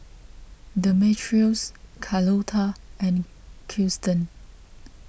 Demetrios Carlota and Kirsten